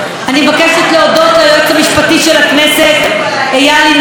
אני מבקשת להודות ליועץ המשפטי של הכנסת איל ינון,